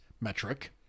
metric